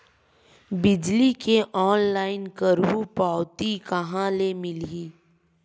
बिजली के ऑनलाइन करहु पावती कहां ले मिलही?